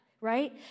right